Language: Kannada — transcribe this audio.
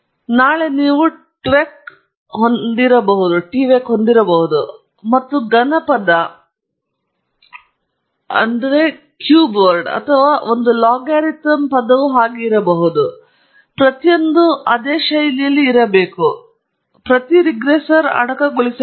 ನಾಳೆ ನೀವು tvec ಹೊಂದಿರಬಹುದು ಮತ್ತು ಘನ ಪದ ಅಥವಾ ಒಂದು ಲಾಗಾರಿಥಮ್ ಪದವು ಹಾಗೆ ಇರಬಹುದು ಪ್ರತಿಯೊಂದೂ ಇರಬೇಕು ಇದೇ ಶೈಲಿಯಲ್ಲಿ ಪ್ರತಿ ರೆಗ್ರೆಸರ್ ಅಡಕಗೊಳಿಸಬೇಕು